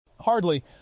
Hardly